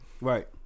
Right